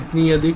कितना अधिक